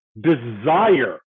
desire